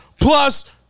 plus